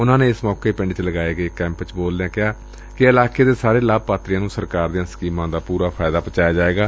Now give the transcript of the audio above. ਉਨੂਾ ਨੇ ਏਸ ਮੌਕੇ ਪਿੰਡ ਚ ਲਗਾਏ ਇਕ ਕੈਂਪ ਵਿਚ ਬੈਲਦਿਆਂ ਕਿਹਾ ਕਿ ਇਲਾਕੇ ਦੇ ਸਾਰੇ ਲਾਭਪਾਤਰੀਆਂ ਨੂੰ ਸਰਕਾਰ ਦੀਆਂ ਸਕੀਮਾਂ ਦਾ ਫਾਇਦਾ ਪੁਚਾਇਆ ਜਾਏਗਾ